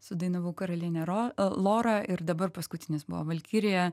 sudainavau karalienę ro lorą ir dabar paskutinis buvo valkirija